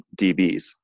DBs